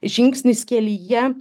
žingsnis kelyje